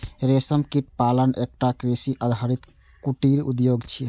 रेशम कीट पालन एकटा कृषि आधारित कुटीर उद्योग छियै